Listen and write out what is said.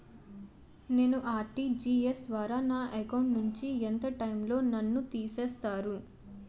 నేను ఆ.ర్టి.జి.ఎస్ ద్వారా నా అకౌంట్ నుంచి ఎంత టైం లో నన్ను తిసేస్తారు?